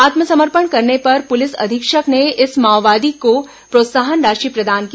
आत्मसमर्पण करने पर पुलिस अधीक्षक ने इस माओवादी को प्रोत्साहन राशि प्रदान की